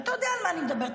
ואתה יודע על מה אני מדברת,